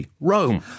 Rome